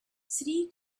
three